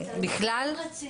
בכלל?